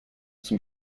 zum